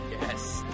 Yes